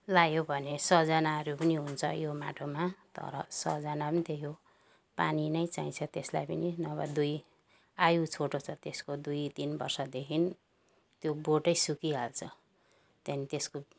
लगायो भने सजनाहरू पनि हुन्छ यो माटोमा तर सजना त्यही हो पानी नै चाहिन्छ त्यसलाई पनि नभए दुई आयु छोटो छ त्यसको दुई तिन वर्षदेखि त्यो बोटै सुकिहाल्छ त्यहाँ त्यसको